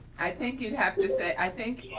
i think you'd have to say i think,